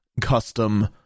custom